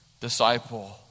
disciple